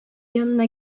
янына